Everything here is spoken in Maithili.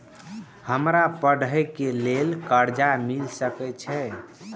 हमरा पढ़े के लेल कर्जा मिल सके छे?